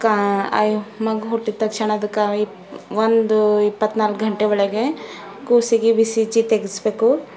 ಕಾ ಮಗು ಹುಟ್ಟಿದ ತಕ್ಷಣ ಅದಕ್ಕೆ ಇಪ್ ಒಂದು ಇಪ್ಪತ್ತ್ನಾಲ್ಕು ಗಂಟೆ ಒಳಗೆ ಕೂಸಿಗೆ ಇ ಸಿ ಜಿ ತೆಗೆಸಬೇಕು